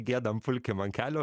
giedam pulkim ant kelio